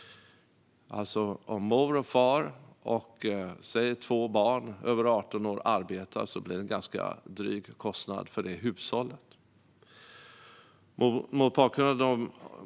Om mor och far och säg två barn över 18 år arbetar blir det en ganska dryg kostnad för hushållet.